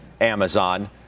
Amazon